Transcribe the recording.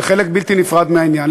זה חלק בלתי נפרד מהעניין.